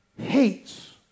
hates